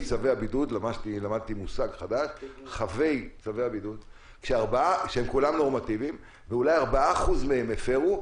הבידוד למדתי מושג חדש שהם כולם נורמטיביים ואולי 4% מהם הפרו,